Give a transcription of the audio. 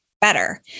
better